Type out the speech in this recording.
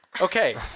Okay